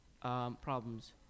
problems